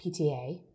PTA